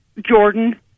Jordan